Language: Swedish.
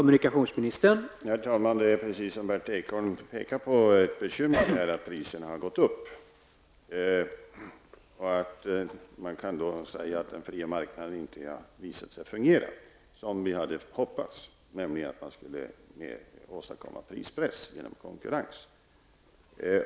Herr talman! Det är, precis som Berndt Ekholm påpekar, ett bekymmer att priserna har gått upp. Man kan säga att det visat sig att den fria marknaden inte har fungerat som vi hade hoppats, nämligen att en prispress skulle åstadkommas genom konkurrens.